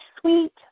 sweet